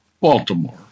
Baltimore